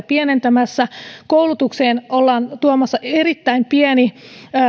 pienentämässä ryhmäkokoja koulutukseen ollaan tuomassa erittäin pieni